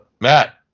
Matt